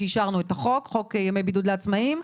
כשאישרנו את חוק ימי בידוד לעצמאים.